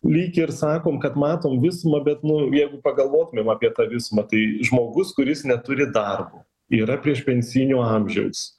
lyg ir sakom kad matom visumą bet nu jeigu pagalvotumėm apie tą visumą tai žmogus kuris neturi darbo yra priešpensijinio amžiaus